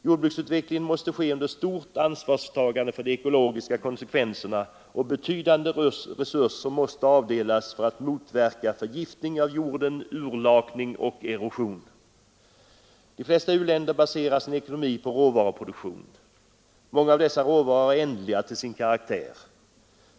Jordbruksutvecklingen måste ske under stort ansvarstagande för de ekologiska konsekvenserna, och betydande resurser måste avdelas för att motverka förgiftning av jorden, urlakning och erosion. De flesta u-länder baserar sin ekonomi på råvaruproduktion, och många av dessa råvaror är ändliga.